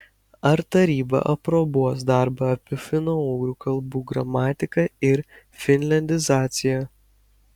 ar taryba aprobuos darbą apie finougrų kalbų gramatiką ir finliandizaciją